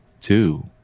two